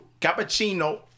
cappuccino